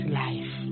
life